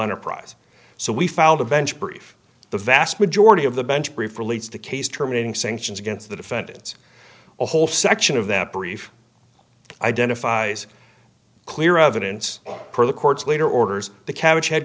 enterprise so we filed a bench brief the vast majority of the bench brief relates to case terminating sanctions against the defendants a whole section of that brief identifies clear evidence for the court's later orders the c